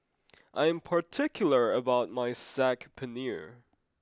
I am particular about my Saag Paneer